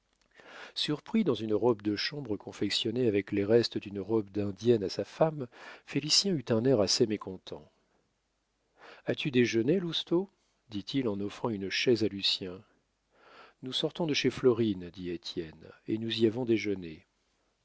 surpris dans une robe de chambre confectionnée avec les restes d'une robe d'indienne à sa femme félicien eut un air assez mécontent as-tu déjeuné lousteau dit-il en offrant une chaise à lucien nous sortons de chez florine dit étienne et nous y avons déjeuné